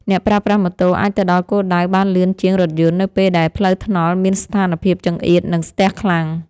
អ្នកប្រើប្រាស់ម៉ូតូអាចទៅដល់គោលដៅបានលឿនជាងរថយន្តនៅពេលដែលផ្លូវថ្នល់មានស្ថានភាពចង្អៀតនិងស្ទះខ្លាំង។